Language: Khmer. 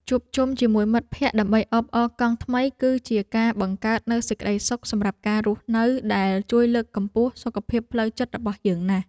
ជួបជុំគ្នាជាមួយមិត្តភក្តិដើម្បីអបអរកង់ថ្មីគឺជាការបង្កើតនូវសេចក្ដីសុខសម្រាប់ការរស់នៅដែលជួយលើកកម្ពស់សុខភាពផ្លូវចិត្តរបស់យើងណាស់។